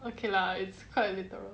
okay lah it's quite literal